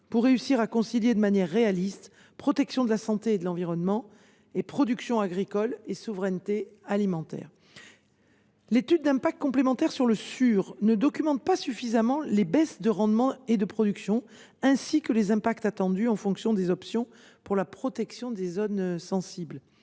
pour réussir à concilier de manière réaliste protection de la santé et de l’environnement, d’une part, et production agricole et souveraineté alimentaire, d’autre part. L’étude d’impact complémentaire de la proposition de règlement SUR ne documente pas suffisamment les baisses de rendement et de production, ainsi que les impacts attendus, en fonction des options, pour la protection des zones sensibles.